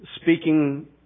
speaking